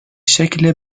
شکل